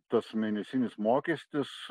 tas mėnesinis mokestis